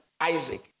Isaac